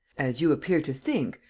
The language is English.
as you appear to think,